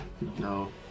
no